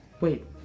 Wait